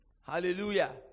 Hallelujah